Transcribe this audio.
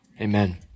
amen